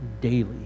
daily